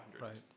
Right